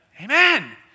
Amen